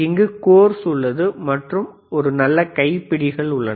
இங்கு கோர்ஸ் உள்ளது மற்றும் ஒரு நல்ல கைப்பிடிகள் உள்ளன